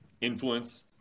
influence